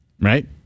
right